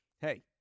Hey